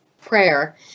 prayer